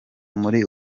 muri